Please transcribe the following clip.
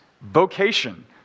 vocation